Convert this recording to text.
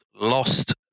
lost